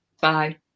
Bye